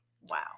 Wow